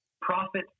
profit